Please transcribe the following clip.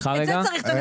ואת זה צריך לדייק,